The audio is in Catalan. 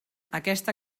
aquesta